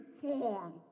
form